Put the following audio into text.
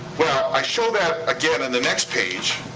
well, i show that again in the next page.